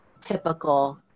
typical